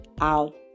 out